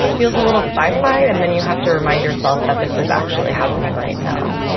feels a little sci-fi, and then you have to remind yourself that this is actually happening right now